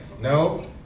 No